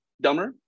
dumber